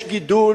יש גידול,